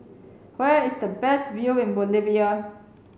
where is the best view in Bolivia